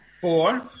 four